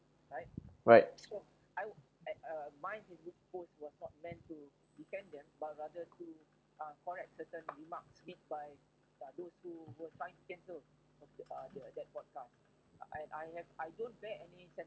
right